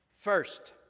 first